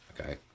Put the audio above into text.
Okay